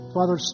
Father